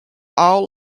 all